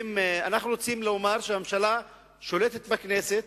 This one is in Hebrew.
ואם אנחנו רוצים לומר שהממשלה שולטת בכנסת,